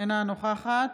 אינה נוכחת